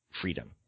freedom